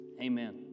Amen